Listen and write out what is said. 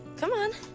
come on.